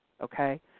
Okay